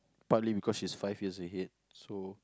partly because she's five years ahead so